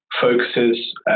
focuses